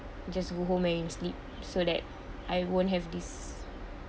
just go home and sleep so that I won't have this